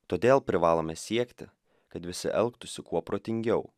todėl privalome siekti kad visi elgtųsi kuo protingiau